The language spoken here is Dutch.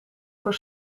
voor